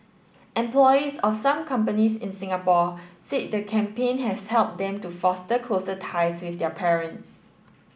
employees of some companies in Singapore said the campaign has helped them to foster closer ties with their parents